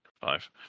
five